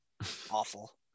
Awful